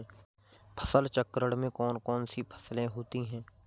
फसल चक्रण में कौन कौन सी फसलें होती हैं?